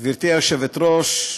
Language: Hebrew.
גברתי היושבת-ראש,